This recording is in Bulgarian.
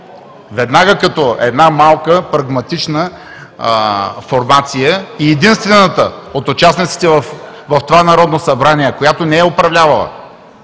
веднага като една малка прагматична формация и единствената от участниците в това Народно събрание, която не е управлявала,